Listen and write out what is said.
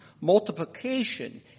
multiplication